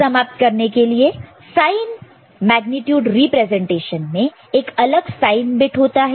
समाप्त करने के लिए साइन मैग्नेटिक रिप्रेजेंटेशन में एक अलग साइन बिट होता है